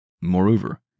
Moreover